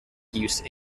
use